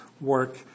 work